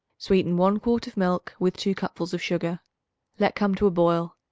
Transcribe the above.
sweeten one quart of milk with two cupfuls of sugar let come to a boil.